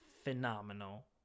phenomenal